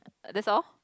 that's all